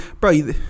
bro